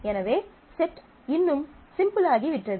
எனவே செட் இன்னும் சிம்பிள் ஆகி விட்டது